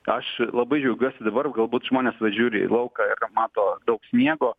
aš labai džiaugiuosi dabar jau galbūt žmonės va žiūri į lauką ir mato daug sniego